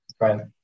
Right